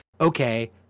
okay